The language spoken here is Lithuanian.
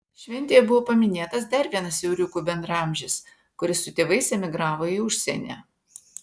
šventėje buvo paminėtas dar vienas euriukų bendraamžis kuris su tėvais emigravo į užsienį